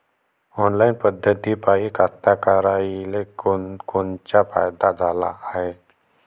Online पद्धतीपायी कास्तकाराइले कोनकोनचा फायदा झाला हाये?